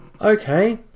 Okay